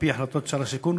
על-פי החלטות שר השיכון,